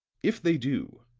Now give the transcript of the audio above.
if they do,